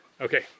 Okay